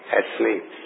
asleep